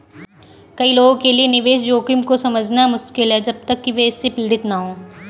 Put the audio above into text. कई लोगों के लिए निवेश जोखिम को समझना मुश्किल है जब तक कि वे इससे पीड़ित न हों